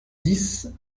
dix